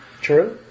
True